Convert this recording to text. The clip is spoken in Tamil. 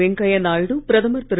வெங்கய்யா நாயுடு பிரதமர் திரு